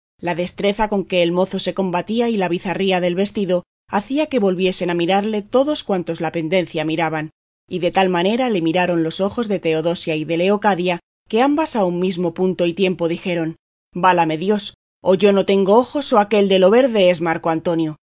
la destreza con que el mozo se combatía y la bizarría del vestido hacía que volviesen a mirarle todos cuantos la pendencia miraban y de tal manera le miraron los ojos de teodosia y de leocadia que ambas a un mismo punto y tiempo dijeron válame dios o yo no tengo ojos o aquel de lo verde es marco antonio